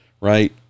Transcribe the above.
right